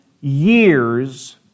years